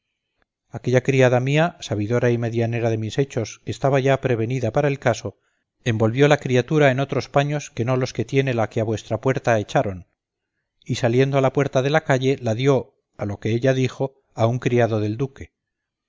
aquella criada mía sabidora y medianera de mis hechos que estaba ya prevenida para el caso envolvió la criatura en otros paños que no los que tiene la que a vuestra puerta echaron y saliendo a la puerta de la calle la dio a lo que ella dijo a un criado del duque